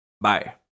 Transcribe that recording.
bye